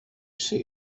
see